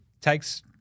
takes